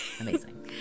amazing